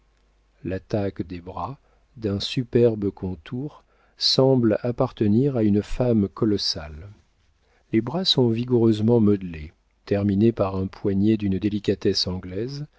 l'attache des bras d'un superbe contour semble appartenir à une femme colossale les bras sont vigoureusement modelés terminés par un poignet d'une délicatesse anglaise